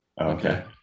Okay